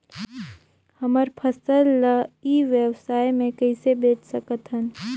हमर फसल ल ई व्यवसाय मे कइसे बेच सकत हन?